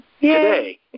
today